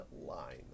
line